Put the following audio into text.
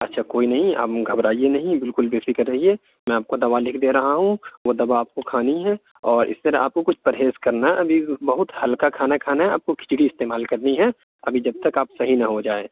اچھا کوئی نہیں آپ گھبرائیے نہیں بالکل بےفکر رہیے میں آپ کو دوا لکھ دے رہا ہوں وہ دوا آپ کو کھانی ہے اور اس طرح آپ کو کچھ پرہیز کرنا ہے ابھی بہت ہلکا کھانا کھانا ہے آپ کو کھچڑی استعمال کرنی ہے ابھی جب تک آپ صحیح نہ ہو جائیں